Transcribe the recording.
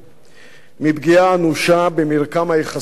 מהפגיעה האנושה במרקם היחסים בבית,